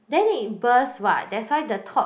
then it burst what that's why the top